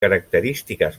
característiques